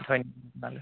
ধন্যবাদ